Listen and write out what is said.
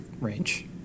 range